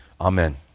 Amen